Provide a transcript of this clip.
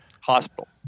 hospital